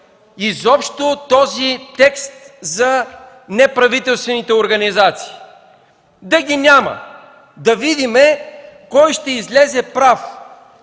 изобщо този текст за неправителствените организации, да ги няма. Да видим кой ще излезе прав?